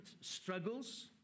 struggles